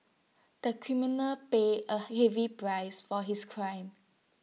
the criminal paid A heavy price for his crime